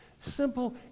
Simple